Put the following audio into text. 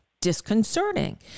disconcerting